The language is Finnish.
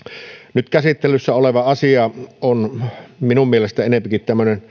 nyt käsittelyssä oleva asia on minun mielestäni enempikin